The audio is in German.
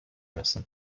müssen